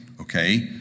okay